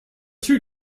two